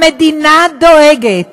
המדינה דואגת